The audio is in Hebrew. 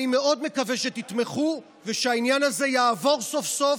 אני מאוד מקווה שתתמכו ושהעניין הזה יעבור סוף-סוף.